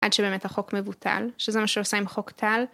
עד שבאמת החוק מבוטל, שזה מה שהוא עשה עם חוק טל